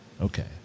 Okay